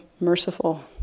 merciful